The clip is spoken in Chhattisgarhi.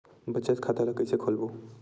बचत खता ल कइसे खोलबों?